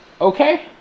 Okay